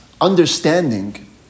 understanding